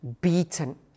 beaten